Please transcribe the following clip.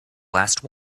last